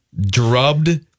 drubbed